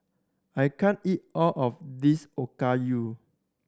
I can't eat all of this Okayu